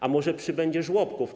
A może przybędzie żłobków?